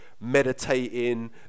meditating